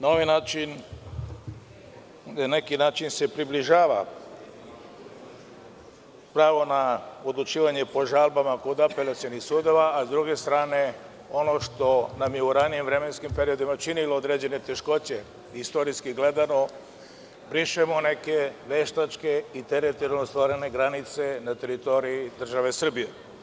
Na neki način se približava pravo na odlučivanje po žalbama kod Apelacionih sudova, a sa druge strane, ono što nam je ranije u vremenskim periodima činilo određene teškoće, istorijski gledano, brišemo neke veštačke i teritorijalno ostvarene granice na teritoriji države Srbije.